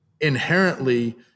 inherently